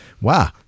wow